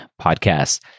podcast